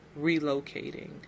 Relocating